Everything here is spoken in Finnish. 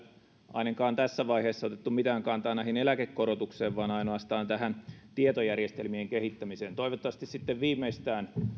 ainakaan tässä vaiheessa otettu mitään kantaa eläkekorotukseen vaan ainoastaan tähän tietojärjestelmien kehittämiseen toivottavasti viimeistään